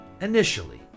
initially